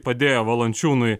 padėjo valančiūnui